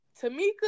Tamika